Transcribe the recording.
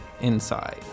inside